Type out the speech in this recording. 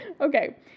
Okay